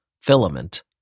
filament